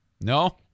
No